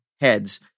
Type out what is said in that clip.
heads